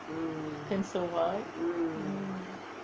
can so much